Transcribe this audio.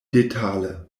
detale